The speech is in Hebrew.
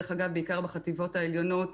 דרך אגב בעיקר בחטיבות העליונות,